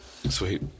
Sweet